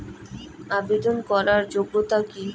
আবেদন করার যোগ্যতা কি?